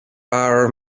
our